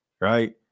right